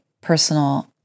personal